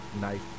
knife